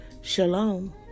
Shalom